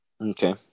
Okay